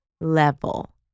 level